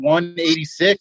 186